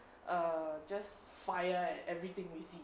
err just fire at everything we see